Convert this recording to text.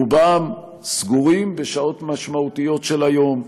רובם סגורים בשעות משמעותיות של היום,